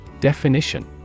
Definition